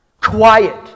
quiet